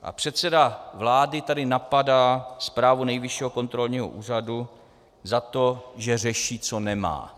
A předseda vlády tady napadá zprávu Nejvyššího kontrolního úřadu za to, že řeší, co nemá.